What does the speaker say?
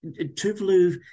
Tuvalu